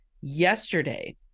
yesterday